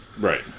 Right